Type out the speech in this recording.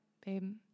babe